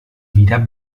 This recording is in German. wieder